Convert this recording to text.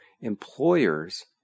employers